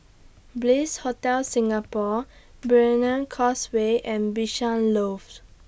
Bliss Hotel Singapore Brani Causeway and Bishan Loft